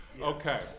Okay